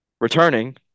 returning